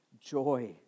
Joy